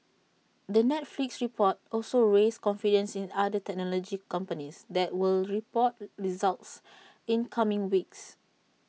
the Netflix report also raised confidence in other technology companies that will report results in coming weeks